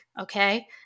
okay